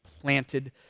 planted